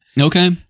okay